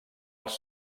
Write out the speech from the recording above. els